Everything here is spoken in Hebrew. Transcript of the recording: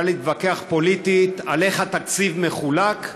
אפשר להתווכח פוליטית על איך התקציב מחולק,